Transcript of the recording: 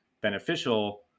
beneficial